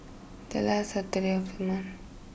the last Saturday of the month